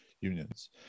unions